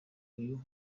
uyu